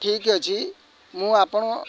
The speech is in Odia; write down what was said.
ଠିକ୍ ଅଛି ମୁଁ ଆପଣ